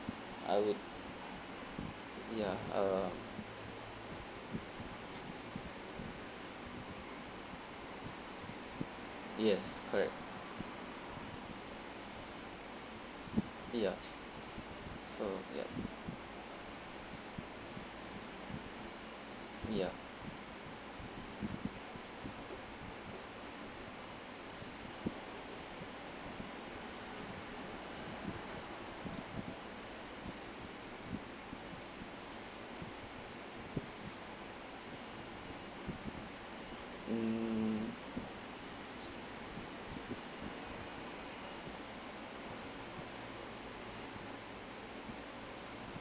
I would ya uh yes correct ya so yup ya mm